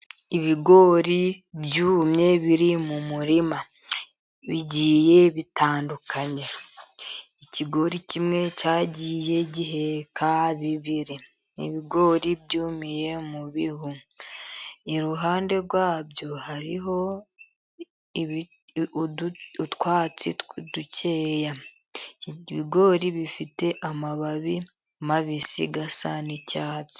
Ibigori byumye biri mu murima bigiye bitandukanye. Ikigori kimwe cyagiye giheka bibiri, ni ibigori byumiye mu bihu. Iruhande rwabyo hariho utwatsi dukeya ,ibigori bifite amababi mabisi asa n'icyatsi.